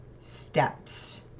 steps